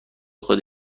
خدا